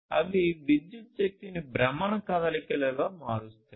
అవి విద్యుత్ శక్తిని భ్రమణ కదలికగా మారుస్తాయి